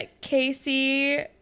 Casey